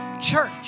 church